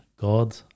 God